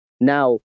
now